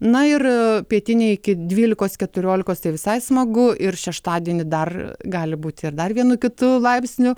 na ir pietinėj iki dvylikos keturiolikos tai visai smagu ir šeštadienį dar gali būti ir dar vienu kitu laipsniu